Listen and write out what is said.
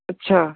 ਅੱਛਾ